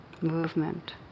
movement